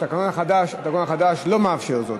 התקנון החדש לא מאפשר זאת,